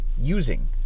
using